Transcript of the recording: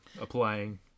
applying